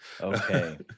Okay